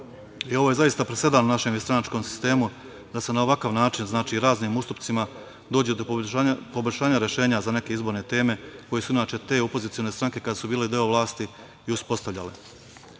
Ovo je zaista presedan u našem višestranačkom sistemu, da se na ovakav način, znači, raznim ustupcima, dođe do poboljšanja rešenja za neke izborne teme koje su, inače, te opozicione stranke kada su bile deo vlasti i uspostavljale. Ovde